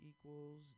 equals